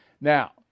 Now